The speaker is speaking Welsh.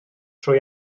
trwy